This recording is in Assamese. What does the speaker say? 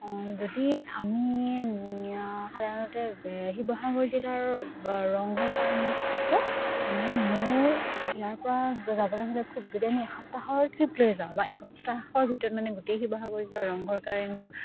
যদি আমি সাধাৰণতে শিৱসাগৰ জিলাৰ ৰংঘৰ কাৰেংঘৰ কথা কও মানে মোৰ ইয়াৰ পৰা যাবলে হ'লে খুব যদি আমি এসপ্তাহৰ ট্ৰিপ লৈ যাওঁ বা এসপ্তাহৰ ভিতৰত মানে গোটেই শিৱসাগৰ জিলাৰ ৰংঘৰ কাৰেংঘৰ